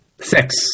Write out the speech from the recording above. Six